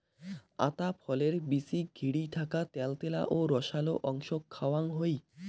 আতা ফলের বীচিক ঘিরি থাকা ত্যালত্যালা ও রসালো অংশক খাওয়াং হই